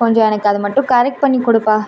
கொஞ்சம் எனக்கு அதை மட்டும் கரெக்ட் பண்ணி கொடுப்பா